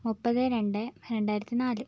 മുപ്പത് രണ്ട് രണ്ടായിരത്തി നാല്